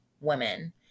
women